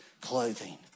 clothing